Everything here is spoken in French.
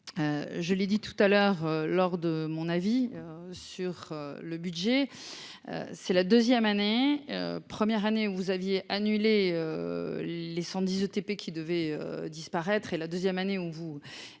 je l'ai dit tout à l'heure lors de mon avis sur le budget, c'est la deuxième année, première années où vous aviez annulé les 110 ETP qui devait disparaître et la deuxième année où vous